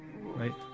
Right